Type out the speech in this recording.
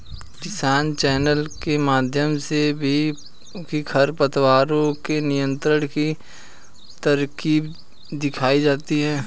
किसान चैनल के माध्यम से भी खरपतवारों के नियंत्रण की तरकीब सिखाई जाती है